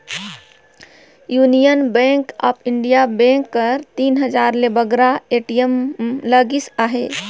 union Bank of India bank कर तीन हजार ले बगरा ए.टी.एम लगिस अहे